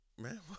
man